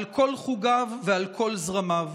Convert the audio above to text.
על כל חוגיו ועל כל זרמיו.